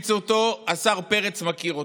השר פרץ מכיר אותו.